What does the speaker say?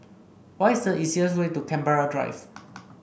what is the easiest way to Canberra Drive